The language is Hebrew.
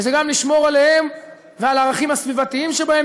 וזה גם לשמור עליהם ועל הערכים הסביבתיים שבהם,